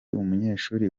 umunyeshuri